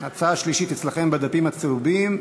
ההצעה השלישית אצלכם בדפים הצהובים.